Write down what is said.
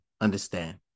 Understand